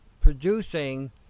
producing